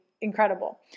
incredible